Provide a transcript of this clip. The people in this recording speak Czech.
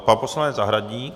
Pan poslanec Zahradník.